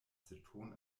aceton